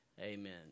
Amen